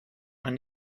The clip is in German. man